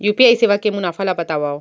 UPI सेवा के मुनाफा ल बतावव?